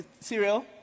cereal